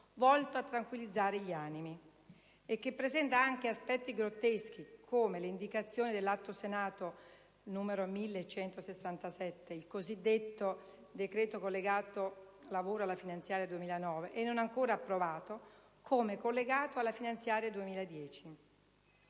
volto a tranquillizzare gli animi. Tra l'altro, presenta anche aspetti grotteschi, come l'indicazione dell'Atto Senato n. 1167, il cosiddetto collegato lavoro alla finanziaria 2009 e non ancora approvato, come collegato alla finanziaria 2010.